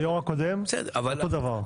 אצל היו"ר הקודם אותו הדבר.